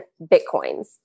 Bitcoins